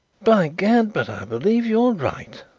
by gad, but i believe you are right,